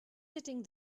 sitting